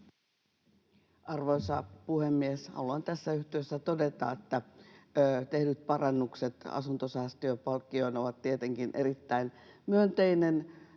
Arvoisa puhemies! Haluan tässä yhteydessä todeta, että tehdyt parannukset asuntosäästöpalkkioon ovat tietenkin erittäin myönteinen